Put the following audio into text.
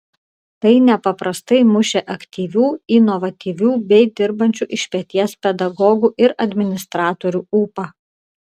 tai nepaprastai mušė aktyvių inovatyvių bei dirbančių iš peties pedagogų ir administratorių ūpą